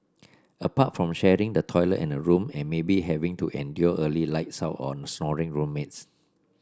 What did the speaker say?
apart from sharing the toilet and a room and maybe having to endure early lights out on snoring roommates